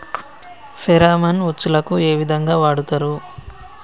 Pheromone ఉచ్చులకు ఏ విధంగా వాడుతరు?